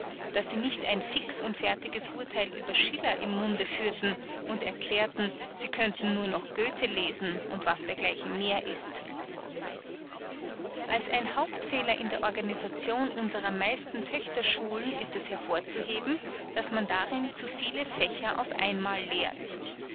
daß sie nicht ein fix und fertiges urtheil über schiller im munde führten und erklärten sie könnten nur noch göthe lesen und was dergleichen mehr ist als ein hauptfehler in der organisation unserer meisten töchterschulen ist es hervorzuheben daß man darin zu viele fächer auf einmal lehrt